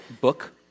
book